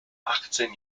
achtzehn